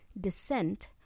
Descent